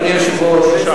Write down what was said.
אדוני היושב-ראש,